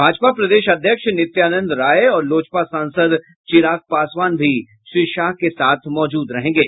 भाजपा प्रदेश अध्यक्ष नित्यानंद राय और लोजपा सांसद चिराग पासवान भी श्री शाह के साथ मौजूद रहेंगे